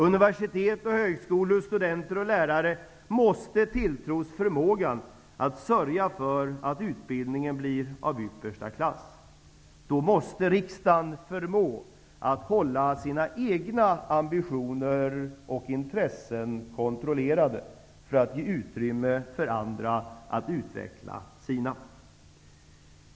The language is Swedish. Universitet och högskolor, studenter och lärare måste tilltros förmågan att sörja för att utbildningen blir av yppersta klass. Då måste riksdagen förmå att hålla sina egna ambitioner och intressen kontrollerade för att ge utrymme för andra att utveckla sina.